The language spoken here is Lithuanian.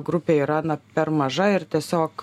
grupė yra per maža ir tiesiog